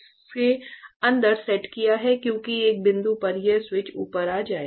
हमने इसे अंदर सेट किया है क्योंकि एक बिंदु पर ये स्विच ऊपर आ जाएंगे